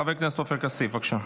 חבר הכנסת עופר כסיף, בבקשה.